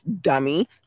Dummy